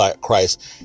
Christ